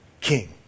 king